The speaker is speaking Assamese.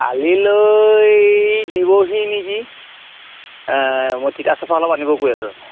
কালিলৈ দিবহি নেকি মই তিতাচপা অলপ আনিব কৈ আছোঁ